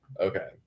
Okay